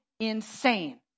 insane